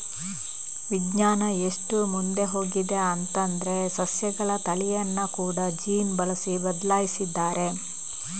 ವಿಜ್ಞಾನ ಎಷ್ಟು ಮುಂದೆ ಹೋಗಿದೆ ಅಂತಂದ್ರೆ ಸಸ್ಯಗಳ ತಳಿಯನ್ನ ಕೂಡಾ ಜೀನ್ ಬಳಸಿ ಬದ್ಲಾಯಿಸಿದ್ದಾರೆ